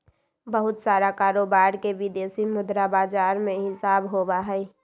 बहुत सारा कारोबार के विदेशी मुद्रा बाजार में हिसाब होबा हई